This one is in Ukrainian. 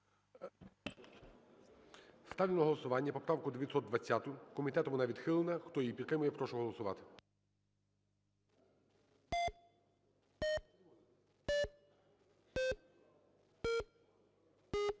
Ставлю на голосування поправку 932. Комітетом вона відхилена. Хто її підтримує, прошу голосувати. 12:47:17